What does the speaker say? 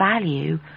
value